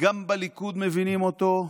גם בליכוד מבינים אותו,